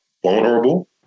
Vulnerable